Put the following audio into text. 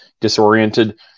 disoriented